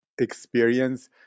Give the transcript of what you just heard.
experience